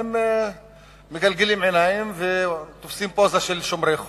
הם מגלגלים עיניים ותופסים פוזה של שומרי חוק.